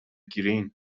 گرین